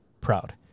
proud